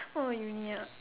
oh uni ah